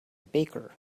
baker